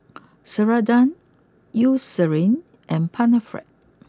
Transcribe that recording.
Ceradan Eucerin and Panaflex